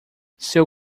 seu